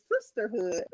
sisterhood